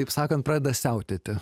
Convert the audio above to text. taip sakant pradeda siautėti